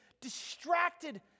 distracted